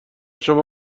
شما